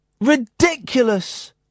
ridiculous